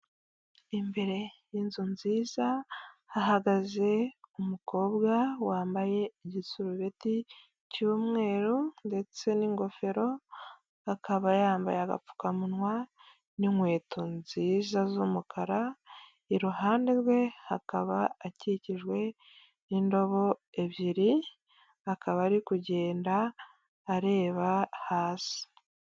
Imbere y'inzu nziza, hahagaze umukobwa wambaye igisurubeti cy'umweru, ndetse n'ingofero, akaba yambaye agapfukamunwa, n'inkweto nziza z'umukara, iruhande rwe hakaba akikijwe n'indobo ebyiri, akaba ari kugenda areba hasi.